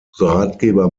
ratgeber